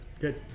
good